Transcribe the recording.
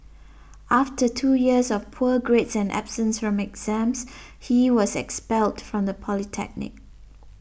after two years of poor grades and absence exams he was expelled from the polytechnic